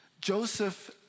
Joseph